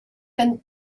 kan